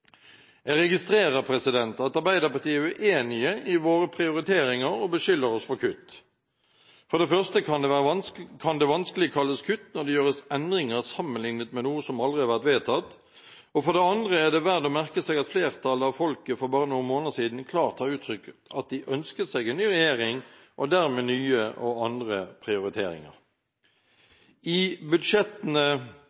Jeg registrerer at Arbeiderpartiet er uenig i våre prioriteringer og beskylder oss for kutt. For det første kan det vanskelig kalles kutt når det gjøres endringer sammenlignet med noe som aldri har vært vedtatt, og for det andre er det verd å merke seg at flertallet av folket for bare noen måneder siden klart har uttrykt at de ønsket seg en ny regjering, og dermed nye og andre prioriteringer.